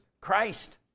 Christ